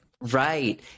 right